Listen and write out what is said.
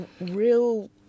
real